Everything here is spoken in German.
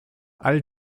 all